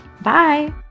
Bye